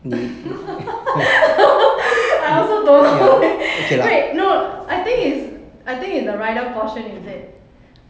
I also don't know leh wait no I think is I think is the rider portion is it